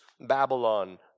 Babylon